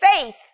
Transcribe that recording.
faith